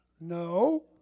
No